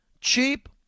cheap